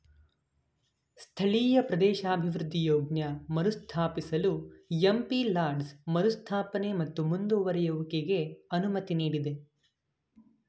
ಸ್ಥಳೀಯ ಪ್ರದೇಶಾಭಿವೃದ್ಧಿ ಯೋಜ್ನ ಮರುಸ್ಥಾಪಿಸಲು ಎಂ.ಪಿ ಲಾಡ್ಸ್ ಮರುಸ್ಥಾಪನೆ ಮತ್ತು ಮುಂದುವರೆಯುವಿಕೆಗೆ ಅನುಮತಿ ನೀಡಿದೆ